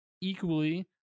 equally